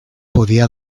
podia